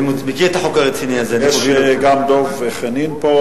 אני מכיר את החוק הרציני הזה, גם דב חנין פה.